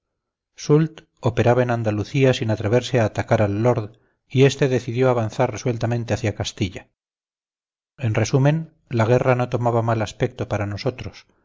soult operaba en andalucía sin atreverse a atacar al lord y este decidió avanzar resueltamente hacia castilla en resumen la guerra no tomaba mal aspecto para nosotros